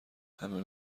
همه